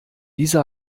diese